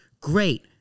Great